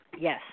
yes